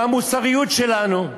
מהמוסריות שלנו,